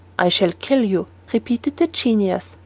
i shall kill you, repeated the genius,